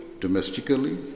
domestically